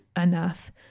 enough